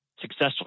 Successful